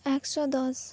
ᱮᱠᱥᱳ ᱫᱚᱥ